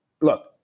look